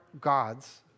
God's